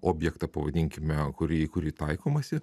objektą pavadinkime kurį į kurį taikomasi